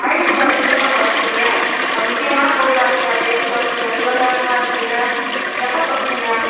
ID கார்டை எப்படிம்மா தொலைப்பிங்க அது முக்கியமான பொருளாச்சே அதை எப்படி தொலைச்சிங்க இவ்வளோ கேர்லஸ்ஸாக இருக்கீங்க எப்போ தொலைச்சிங்க